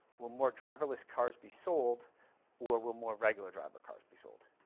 will more driverless cars be sold or will more regular driver cars be sold?